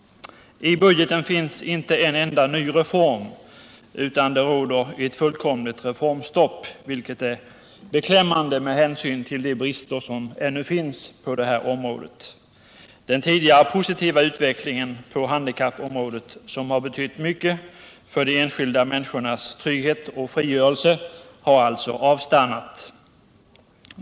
I budgeten finns inte en enda ny reform, utan det råder ett fullkomligt reformstopp, vilket är beklämmande med hänsyn till de brister som ännu finns på det här området. Den tidigare positiva utvecklingen på handikappområdet, som har betytt mycket för de enskilda människornas trygghet och frigörelse, har alltså avstannat.